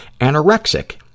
anorexic